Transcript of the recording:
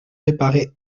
réparer